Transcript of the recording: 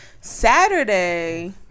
Saturday